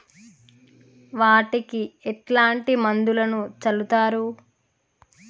వాటికి ఎట్లాంటి మందులను చల్లుతరు?